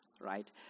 right